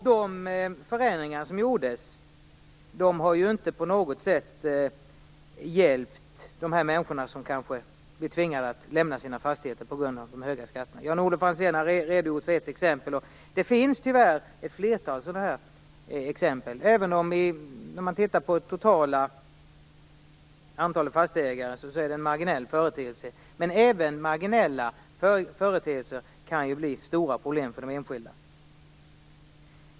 De förändringar som gjordes har inte på något sätt hjälpt de människor som kanske blir tvingade att lämna sina fastigheter på grund av de höga skatterna. Jan-Olof Franzén har redogjort för ett exempel, och det finns tyvärr ett flertal exempel. När man tittar på det totala antalet fastighetsägare är det en marginell företeelse, men även marginella företeelser kan ju bli stora problem för de enskilda.